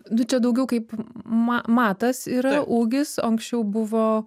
nu čia daugiau kaip ma matas yra ūgis o anksčiau buvo